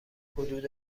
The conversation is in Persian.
حدود